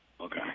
Okay